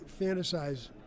fantasize